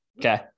Okay